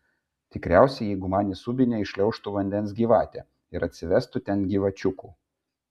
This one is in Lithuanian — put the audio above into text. tikriausiai jeigu man į subinę įšliaužtų vandens gyvatė ir atsivestų ten gyvačiukų